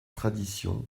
tradition